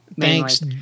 Thanks